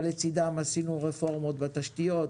אבל לצידם עשינו רפורמות בתשתיות,